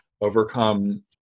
overcome